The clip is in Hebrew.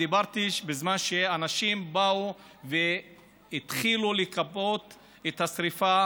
דיברתי בזמן שאנשים באו והתחילו לכבות את השרפה,